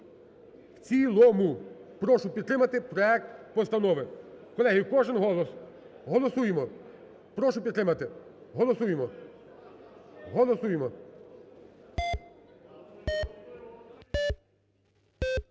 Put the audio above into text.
в цілому. Прошу підтримати проект постанови. Колеги, кожен голос, голосуємо. Прошу підтримати. Голосуємо. Голосуємо!